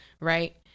Right